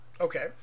Okay